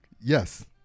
Yes